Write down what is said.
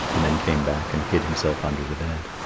and then came back and hid himself under the bed.